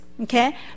okay